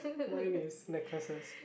mine is necklaces